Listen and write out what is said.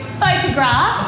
photograph